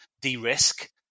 de-risk